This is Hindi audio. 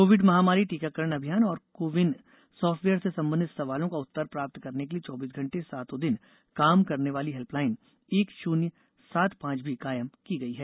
कोविड महामारी टीकाकरण अभियान और को विन सॉफ्टवेयर से संबंधित सवालों का उत्तर प्राप्त करने के लिए चौबीस घंटे सातों दिन काम करने वाली हेल्पलाइन एक शून्य सात पांच भी कायम की गई है